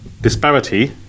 disparity